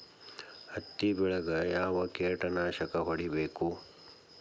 ಹತ್ತಿ ಬೆಳೇಗ್ ಯಾವ್ ಕೇಟನಾಶಕ ಹೋಡಿಬೇಕು?